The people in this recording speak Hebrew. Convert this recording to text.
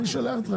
ובמקום חוק